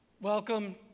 Welcome